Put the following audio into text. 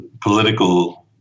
political